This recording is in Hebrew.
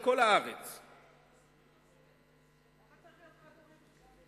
למה צריך להיות חד-הורי בשביל זה?